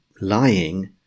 lying